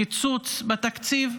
קיצוץ בתקציב.